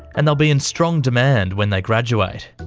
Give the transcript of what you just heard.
and they'll be in strong demand when they graduate.